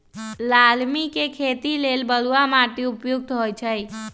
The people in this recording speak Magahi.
लालमि के खेती लेल बलुआ माटि उपयुक्त होइ छइ